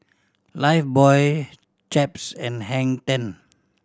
Lifebuoy Chaps and Hang Ten